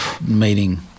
meeting